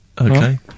Okay